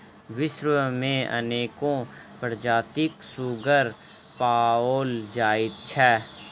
विश्व मे अनेको प्रजातिक सुग्गर पाओल जाइत छै